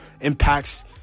impacts